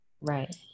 Right